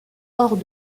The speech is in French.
hors